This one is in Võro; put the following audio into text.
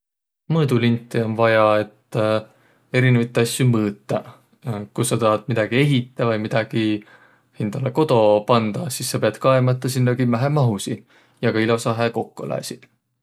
Mõõdulinti om vaja, et erinevit asjo mõõtaq. Ku saq tahat midägi ehitäq vai midägi hindäle kodo pandaq, sis saq piät kaema, et tä sinnäq kimmähe mahusiq ja ka ilosahe kokko lääsiq.